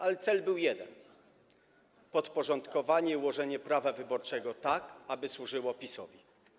Ale cel był jeden: podporządkowanie i ułożenie prawa wyborczego tak, aby służyło PiS-owi.